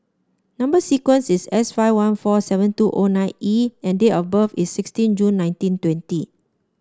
number sequence is S five one four seven two O nine E and date of birth is sixteen June nineteen twenty